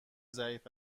ضعیف